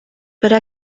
para